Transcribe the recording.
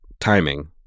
timing